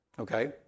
Okay